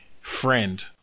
Friend